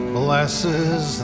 blesses